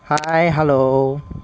hi hello